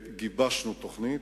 גיבשנו תוכנית.